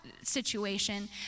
situation